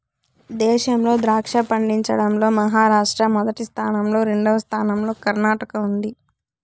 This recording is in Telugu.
దేశంలో ద్రాక్ష పండించడం లో మహారాష్ట్ర మొదటి స్థానం లో, రెండవ స్థానం లో కర్ణాటక ఉంది